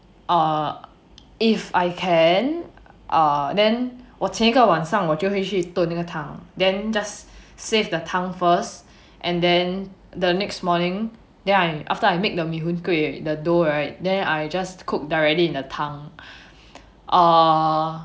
err if I can ah then 我前一个晚上我就会去炖那个汤 then just save the 汤 first and then the next morning then I after I make the mee hoon kway the dough right then I just cook directly in the 汤 err